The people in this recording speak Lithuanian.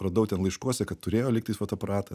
radau ten laiškuose kad turėjo lygtais fotoaparatą